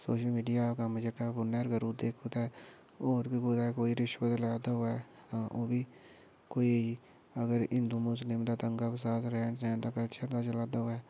social media दा कम्म जेहका ऐ ओह् फोना उप्पर करी उड़दे कुतै होर बी कुतै कोई रिश्बत लै दे होऐ ओह् बी कोई अगर हिन्दू मुस्लिम दा दंगा फसाद रैह्न सैह्न दा चला दा होऐ